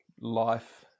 life